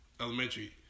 elementary